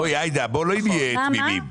בואי לא נהיה תמימים.